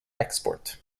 export